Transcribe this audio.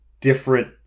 different